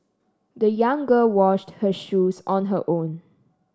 the young girl washed her shoes on her own